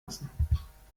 lassen